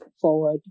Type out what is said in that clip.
forward